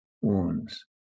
wounds